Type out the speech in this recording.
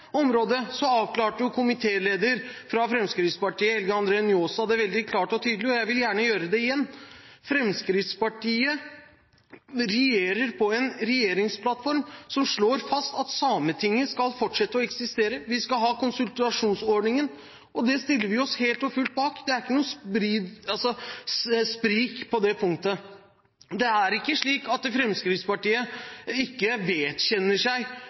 avklarte komitéleder, Helge André Njåstad fra Fremskrittspartiet, veldig klart og tydelig, men jeg vil gjerne gjøre det igjen: Fremskrittspartiet regjerer på en regjeringsplattform som slår fast at Sametinget skal fortsette å eksistere. Vi skal ha konsultasjonsordningen, og det stiller vi oss helt og fullt bak. Det er ikke noe sprik på det punktet. Det er ikke slik at Fremskrittspartiet ikke vedkjenner seg